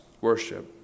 worship